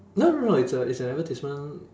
no no no it's a it's a advertisement